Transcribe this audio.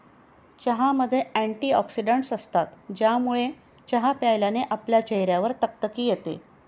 चहामध्ये अँटीऑक्सिडन्टस असतात, ज्यामुळे चहा प्यायल्याने आपल्या चेहऱ्यावर तकतकी येते